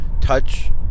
touch